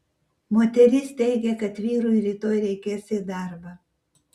moteris teigia kad vyrui rytoj reikės į darbą